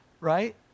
right